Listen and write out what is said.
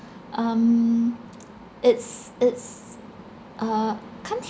um it's it's uh can't